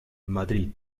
madrid